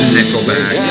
Nickelback